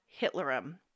hitlerum